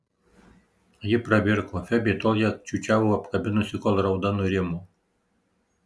ji pravirko febė tol ją čiūčiavo apkabinusi kol rauda nurimo